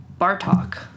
Bartok